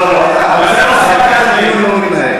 שואל, אני רוצה לשאול.